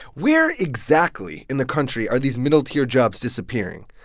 where exactly in the country are these middle-tier jobs disappearing?